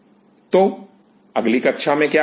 तो अगली कक्षा में क्या करेंगे